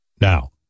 now